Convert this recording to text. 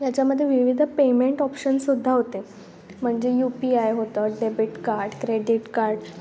याच्यामदे विविध पेमेंट ऑप्शनसुद्धा होते म्हणजे यू पी आय होतं डेबिट कार्ड क्रेडीट कार्ड